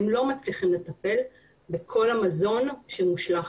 הם לא מצליחים לטפל בכל המזון שמושלך.